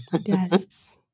Yes